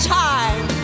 time